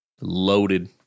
Loaded